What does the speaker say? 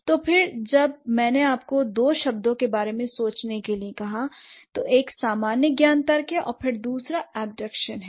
तो फिर जब मैंने आपको दो शब्दों के बारे में सोचने के लिए कहा तो एक सामान्य ज्ञान तर्क है और फिर दूसरा एबदक्शन है